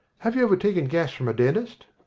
have you ever taken gas from a dentist?